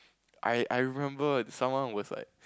I I remember someone was like